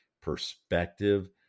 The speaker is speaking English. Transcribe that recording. perspective